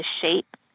shape